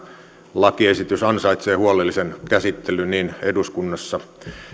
lakiesitys ansaitsee huolellisen käsittelyn eduskunnassa